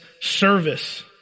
service